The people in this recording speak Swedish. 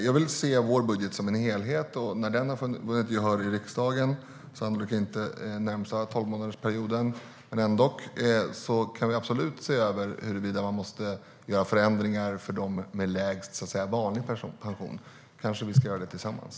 Jag vill se vår budget som en helhet, och när den har vunnit gehör i riksdagen - sannolikt inte under den närmaste tolvmånadersperioden men ändock - kan vi absolut se över huruvida man måste göra förändringar för dem med lägst så att säga "vanlig" pension. Vi kanske ska göra det tillsammans.